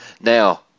Now